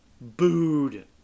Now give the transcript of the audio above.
Booed